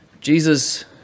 Jesus